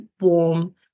warm